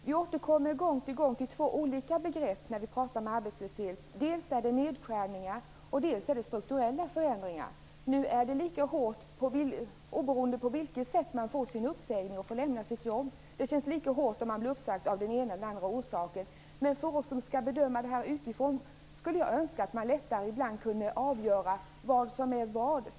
Fru talman och statsrådet! Vi återkommer gång på gång till två olika begrepp när vi pratar om arbetslöshet: dels nedskärningar, dels strukturella förändringar. Nu är det ju lika hårt oberoende av hur man får sin uppsägning och får lämna sitt jobb. Det känns lika hårt att bli uppsagd av den ena som av den andra orsaken. Men för oss som skall bedöma det här utifrån vore det önskvärt att man lättare kunde avgöra vad som är vad.